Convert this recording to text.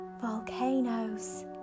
volcanoes